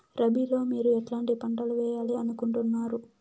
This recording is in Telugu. రబిలో మీరు ఎట్లాంటి పంటలు వేయాలి అనుకుంటున్నారు?